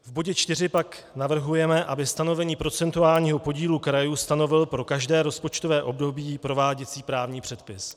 V bodě čtyři pak navrhujeme, aby stanovení procentuálního podílu krajů stanovil pro každé rozpočtové období prováděcí právní předpis.